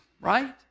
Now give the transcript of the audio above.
right